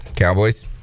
Cowboys